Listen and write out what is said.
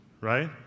right